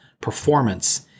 performance